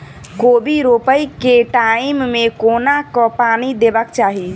कोबी रोपय केँ टायम मे कोना कऽ पानि देबाक चही?